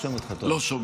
עכשיו?